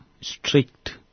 strict